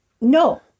No